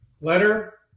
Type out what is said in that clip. letter